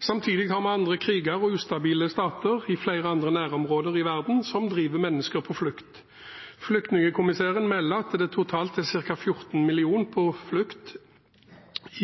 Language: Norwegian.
Samtidig er det andre kriger og ustabile stater i flere andre nærområder i verden som driver mennesker på flukt. Flyktningkommissæren melder at det totalt sett var ca. 14 millioner mennesker på flukt i 2014